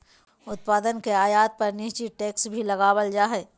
उत्पाद के आयात पर निश्चित टैक्स भी लगावल जा हय